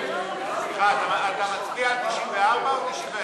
סליחה, אתה מצביע על 94 או 91?